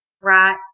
right